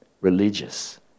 religious